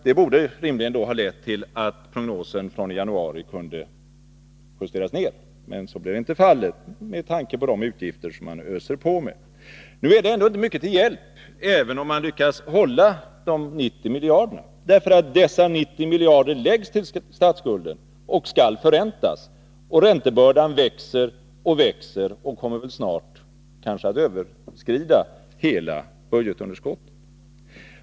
Det borde rimligtvis ha lett till att prognosen från januari kunde ha justerats ner. Men så blir inte fallet med tanke på de utgifter som man öser på med. Nu är det inte mycket till hjälp, även om man lyckas hålla budgetunderskottet vid 90 miljarder, därför att dessa 90 miljarder läggs till statsskulden och skall förräntas. Räntebördan växer och växer och kommer kanske snart att överskrida hela budgetunderskottet.